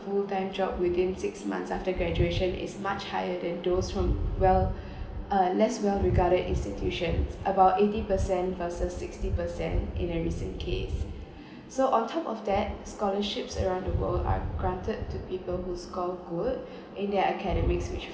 full time job within six months after graduation is much higher than those from well uh less well regarded institutions about eighty percent versus sixty percent in a recent case so on top of that scholarships around the world are granted to people who score good in their academics which